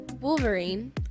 Wolverine